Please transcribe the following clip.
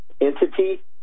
entity